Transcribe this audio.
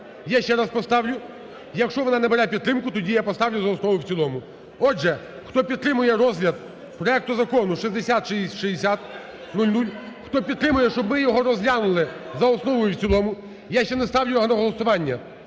я ще раз поставлю. Якщо вона набере підтримку, тоді я поставлю за основу і в цілому. Отже, хто підтримує розгляд проекту Закону 6600, хто підтримує, щоб ми його розглянули за основу і в цілому, я ще не ставлю його на голосування.